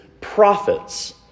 prophets